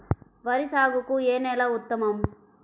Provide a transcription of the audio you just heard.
వరి సాగుకు ఏ నేల ఉత్తమం?